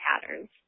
patterns